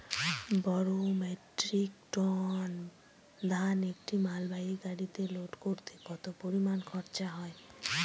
বারো metric ton ধান একটি মালবাহী গাড়িতে লোড করতে কতো পরিমাণ খরচা হয়?